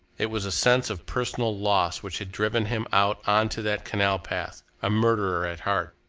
it was a sense of personal loss which had driven him out on to that canal path, a murderer at heart.